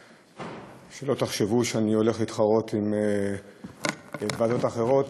שלא תחשבו שאני הולך להתחרות בוועדות אחרות.